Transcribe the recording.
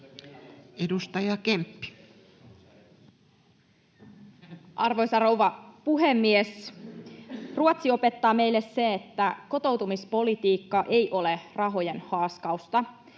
Content: Arvoisa rouva puhemies! Ruotsi opettaa meille sen, että kotoutumispolitiikka ei ole rahojen haaskausta.